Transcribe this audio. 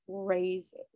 crazy